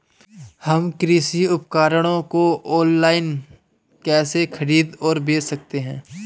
हम कृषि उपकरणों को ऑनलाइन कैसे खरीद और बेच सकते हैं?